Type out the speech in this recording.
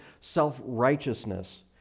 self-righteousness